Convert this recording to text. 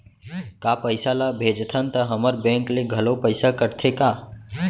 का पइसा ला भेजथन त हमर बैंक ले घलो पइसा कटथे का?